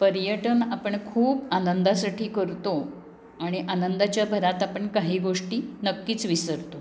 पर्यटन आपण खूप आनंदासाठी करतो आणि आनंदाच्या भरात आपण काही गोष्टी नक्कीच विसरतो